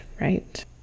right